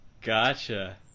Gotcha